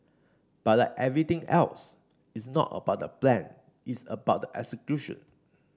but like everything else it's not about the plan it's about the execution